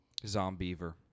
Zombiever